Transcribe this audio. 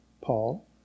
Paul